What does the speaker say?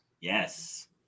Yes